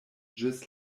ĝis